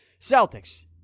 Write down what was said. Celtics